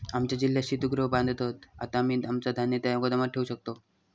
आमच्या जिल्ह्यात शीतगृह बांधत हत, आता आम्ही आमचा धान्य त्या गोदामात ठेवू शकतव